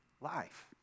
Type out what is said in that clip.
life